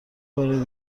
بار